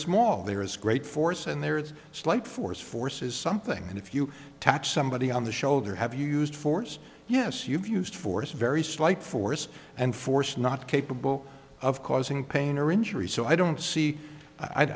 small there is great force and there's slight force force is something and if you attack somebody on the shoulder have used force yes you've used force very slight force and force not capable of causing pain or injury so i don't see i